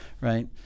right